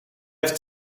heeft